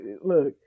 Look